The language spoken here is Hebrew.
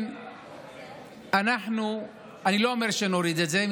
אני לא אומר שנוריד את זה.